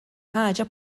ħaġa